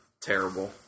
Terrible